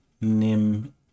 Nim